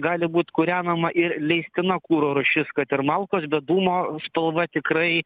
gali būt kūrenama ir leistina kuro rūšis kad ir malkos bet dūmo spalva tikrai